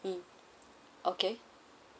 mm okay